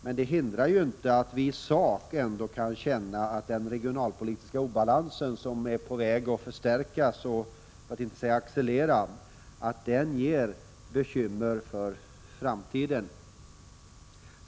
Detta hindrar ju inte att vi i sak ändå kan känna att den regionalpolitiska obalans som är på väg att förstärkas, för att inte säga accelerera, ger bekymmer för framtiden.